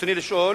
רצוני לשאול: